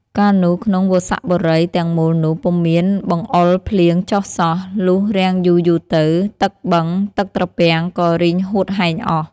កាលនោះ ក្នុងវស្សបុរីទាំងមូលនោះ ពុំមានបង្អុរភ្លៀងចុះសោះ លុះរាំងយូរៗទៅ ទឹកបឹង ទឹកត្រពាំង ក៏រីងហួតហែងអស់។